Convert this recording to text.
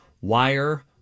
wire